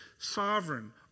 sovereign